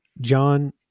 John